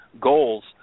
goals